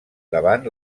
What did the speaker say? davant